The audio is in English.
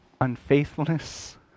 unfaithfulness